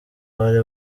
bari